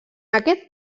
aquest